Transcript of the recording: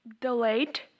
delayed